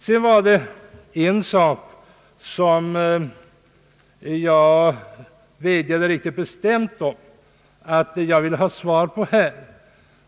Det var en sak jag vädjade riktigt bestämt om att få svar på här.